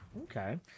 Okay